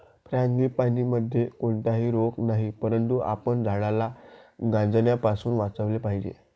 फ्रांगीपानीमध्ये कोणताही रोग नाही, परंतु आपण झाडाला गंजण्यापासून वाचवले पाहिजे